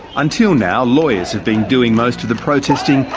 until now lawyers have been doing most of the protesting,